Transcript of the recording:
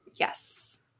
Yes